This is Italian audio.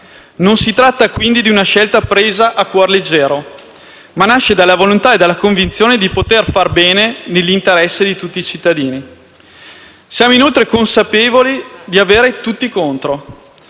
Non si tratta quindi di una scelta presa a cuor leggero, ma che nasce dalla volontà e dalla convinzione di poter fare bene nell'interesse di tutti i cittadini. Siamo inoltre consapevoli di avere tutti contro,